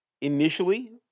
initially